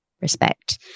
respect